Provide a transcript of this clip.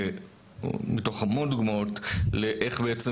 מתוך המון דוגמאות לאיך בעצם,